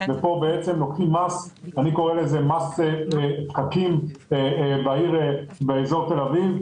ופה לוקחים מס אני קורא לזה מס פקקים באזור תל אביב.